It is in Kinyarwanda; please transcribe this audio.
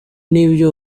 n’ibyo